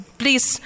please